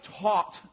taught